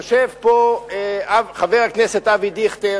יושב פה חבר הכנסת אבי דיכטר,